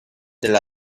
delle